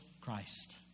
Christ